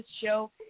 show